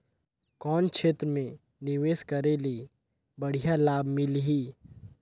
कौन क्षेत्र मे निवेश करे ले बढ़िया लाभ मिलही?